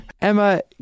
Emma